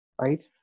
right